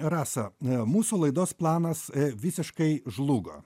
rasa mūsų laidos planas visiškai žlugo